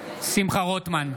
שמחה רוטמן,